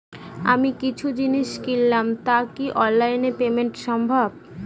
আমি কিছু জিনিস কিনলাম টা কি অনলাইন এ পেমেন্ট সম্বভ?